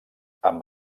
amb